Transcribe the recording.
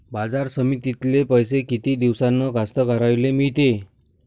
बाजार समितीतले पैशे किती दिवसानं कास्तकाराइले मिळते?